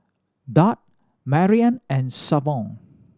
Duard Maryann and Savon